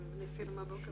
ניסינו לתפוס אותו